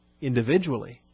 individually